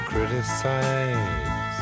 Criticize